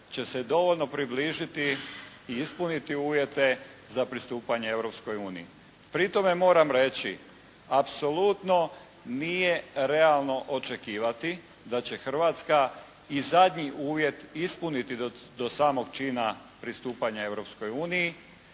će se dovoljno približiti i ispuniti uvjete za pristupanje Europskoj uniji. Pri tome moram reći apsolutno nije realno očekivati da će Hrvatska i zadnji uvjet ispuniti do samog čina pristupanja